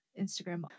Instagram